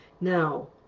Now